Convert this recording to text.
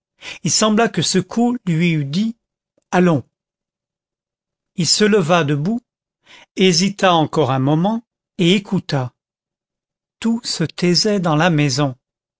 il sembla que ce coup lui eût dit allons il se leva debout hésita encore un moment et écouta tout se taisait dans la maison